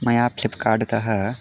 मया फ़्लिप्कार्ट् तः